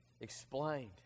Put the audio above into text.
explained